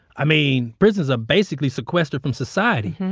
i mean, prisons are basically sequestered from society,